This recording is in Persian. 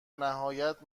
نهایت